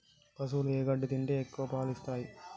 పశువులు ఏ గడ్డి తింటే ఎక్కువ పాలు ఇస్తాయి?